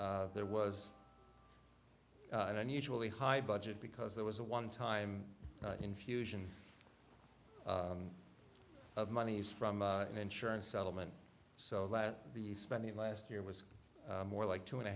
there was an unusually high budget because there was a one time infusion of money is from an insurance settlement so that the spending last year was more like two and a